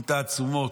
עם תעצומות.